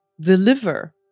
deliver